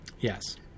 Yes